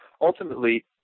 ultimately